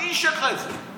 מי אישר לך את זה?